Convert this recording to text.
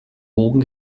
wogen